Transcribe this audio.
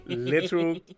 literal